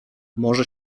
może